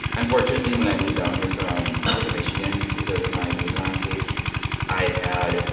unfortunately when i moved down here from ah from michigan. because of my juvenile um case i had